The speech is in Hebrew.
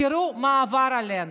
תראו מה עבר עלינו,